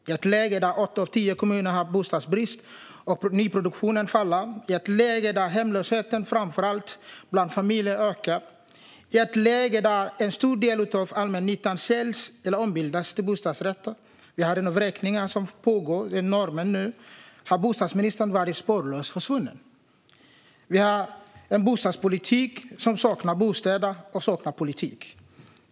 I ett läge där åtta av tio kommuner har bostadsbrist, nyproduktionen faller, hemlösheten bland framför allt familjer ökar, en stor del av allmännyttan säljs eller ombildas till bostadsrätter och vräkningar som norm pågår har bostadsministern varit spårlöst försvunnen. Bostadspolitiken saknar både bostäder och politik.